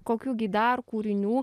kokių gi dar kūrinių